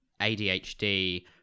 ADHD